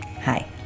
Hi